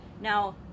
Now